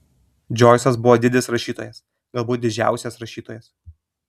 džoisas buvo didis rašytojas galbūt didžiausias rašytojas